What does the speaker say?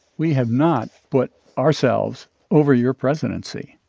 we have not put ourselves over your presidency.